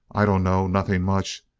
i dunno. nothing much.